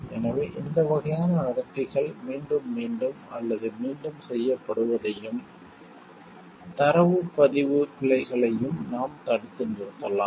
எனவே இந்த வகையான நடத்தைகள் மீண்டும் மீண்டும் அல்லது மீண்டும் செய்யப்படுவதையும் தரவுப் பதிவு பிழைகளையும் நாம் தடுத்து நிறுத்தலாம்